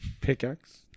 Pickaxe